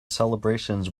celebrations